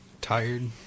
Tired